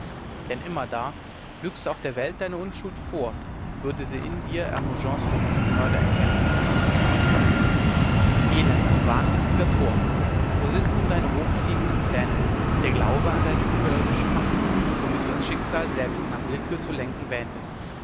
denn immerdar lügst du auch der welt deine unschuld vor würde sie in dir hermogens verruchten mörder erkennen und dich tief verabscheuen elender wahnwitziger tor wo sind nun deine hochfliegenden pläne der glaube an deine überirdische macht womit du das schicksal selbst nach willkür zu lenken wähntest